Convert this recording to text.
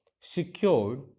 secured